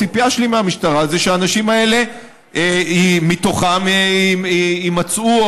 הציפייה שלי מהמשטרה היא שמתוך האנשים האלה יימצאו,